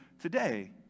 today